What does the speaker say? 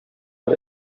бер